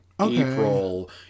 April